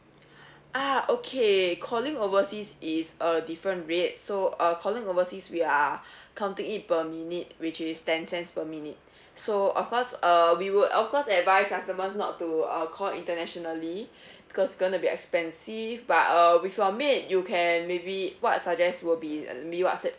ah okay calling overseas is a different rate so uh calling overseas we are counting it per minute which is ten cents per minute so of course err we would of course advise customers not to uh call internationally because gonna be expensive but uh with your maid you can maybe what I suggest will be maybe Whatsapp